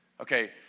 Okay